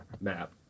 map